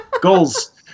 Goals